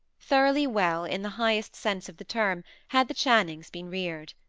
thoroughly well, in the highest sense of the term, had the channings been reared.